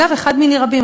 אגב, אחד מני רבים.